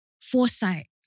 foresight